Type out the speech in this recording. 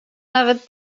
nawet